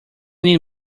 need